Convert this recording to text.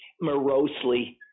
morosely